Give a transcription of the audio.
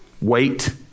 Wait